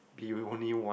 be the only one